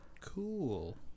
Cool